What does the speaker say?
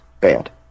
bad